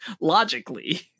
Logically